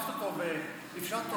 שטוב שדחפת אותו ואפשרת אותו,